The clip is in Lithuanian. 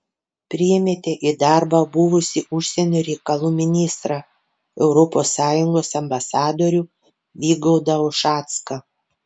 priėmėte į darbą buvusį užsienio reikalų ministrą europos sąjungos ambasadorių vygaudą ušacką